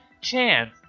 chance